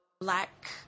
black